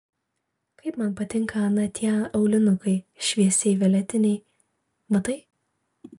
kaip man patinka ana tie aulinukai šviesiai violetiniai matai